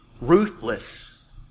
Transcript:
ruthless